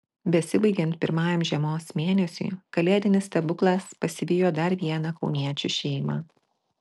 besibaigiant pirmajam žiemos mėnesiui kalėdinis stebuklas pasivijo dar vieną kauniečių šeimą